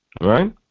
Right